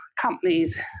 companies